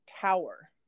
tower